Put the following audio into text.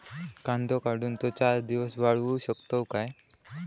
कांदो काढुन ती चार दिवस वाळऊ शकतव काय?